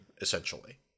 essentially